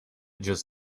just